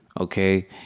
okay